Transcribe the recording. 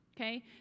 Okay